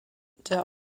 der